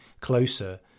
closer